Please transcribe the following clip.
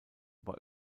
bei